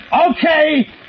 Okay